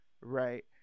right